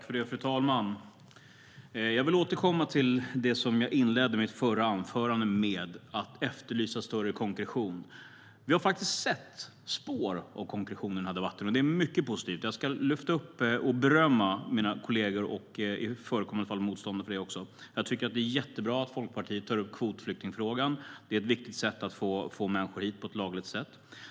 Fru talman! Jag vill återkomma till det som jag inledde mitt förra anförande med, nämligen att efterlysa större konkretion. Vi har faktiskt sett spår av konkretion i den här debatten, och det är mycket positivt. Jag ska berömma mina kollegor, och i förekommande fall motståndare, för detta. Jag tycker att det är jättebra att Folkpartiet tar upp kvotflyktingsfrågan. Det är ett viktigt sätt att få människor hit på ett lagligt sätt.